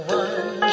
one